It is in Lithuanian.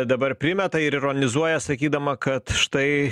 dabar primeta ir ironizuoja sakydama kad štai